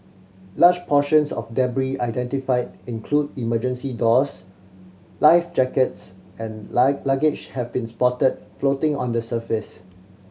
large portions of identified include emergency doors life jackets and luggage have been spotted floating on the surface